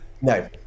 No